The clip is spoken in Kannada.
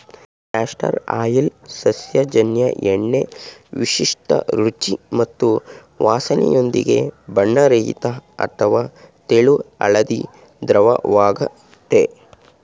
ಕ್ಯಾಸ್ಟರ್ ಆಯಿಲ್ ಸಸ್ಯಜನ್ಯ ಎಣ್ಣೆ ವಿಶಿಷ್ಟ ರುಚಿ ಮತ್ತು ವಾಸ್ನೆಯೊಂದಿಗೆ ಬಣ್ಣರಹಿತ ಅಥವಾ ತೆಳು ಹಳದಿ ದ್ರವವಾಗಯ್ತೆ